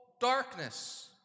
darkness